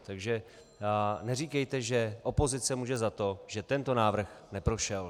Takže neříkejte, že opozice může za to, že tento návrh neprošel.